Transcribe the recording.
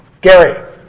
Gary